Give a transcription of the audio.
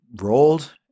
rolled